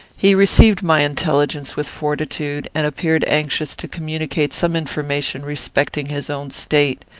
he received my intelligence with fortitude, and appeared anxious to communicate some information respecting his own state.